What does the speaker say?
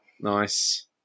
Nice